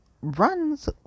runs